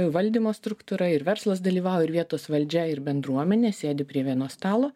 valdymo struktūra ir verslas dalyvauja ir vietos valdžia ir bendruomenė sėdi prie vieno stalo